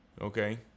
Okay